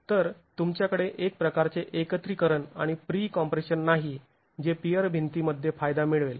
तर तुमच्याकडे एक प्रकारचे एकत्रीकरण आणि प्री कॉम्प्रेशन नाही जे पियर भिंतीमध्ये फायदा मिळवेल